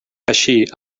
així